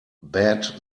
bad